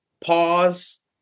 pause